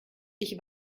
ich